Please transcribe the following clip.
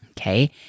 okay